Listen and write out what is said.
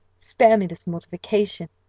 spare me this mortification!